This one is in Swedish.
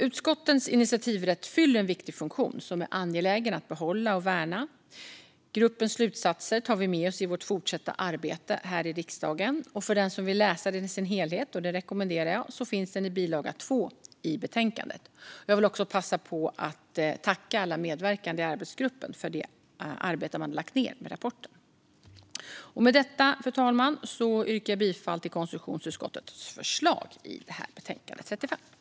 Utskottens initiativrätt fyller en viktig funktion som är angelägen att behålla och värna. Vi tar med oss gruppens slutsatser i vårt fortsatta arbete här i riksdagen. För den som vill läsa det i sin helhet, vilket jag rekommenderar, finns den i betänkandets bilaga 2. Jag vill också passa på att tacka alla medverkande i arbetsgruppen för arbetet de har lagt ned på rapporten. Med detta, fru talman, yrkar jag bifall till konstitutionsutskottets förslag i betänkande 35.